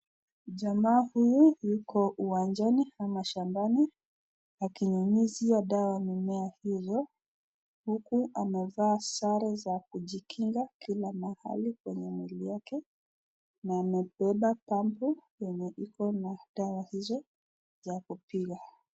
Jamaa huyu yuko uwanjani ama shambani akinyunyizia dawa mimea hizo, huku amevaa sare za kujikinga kila mahali kwenye mwili yake na amebeba pampu yenye iko na dawa hizo za kupiga.